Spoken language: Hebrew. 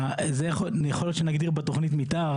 יכול להיות שנגדיר בתוכנית המתאר.